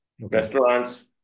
restaurants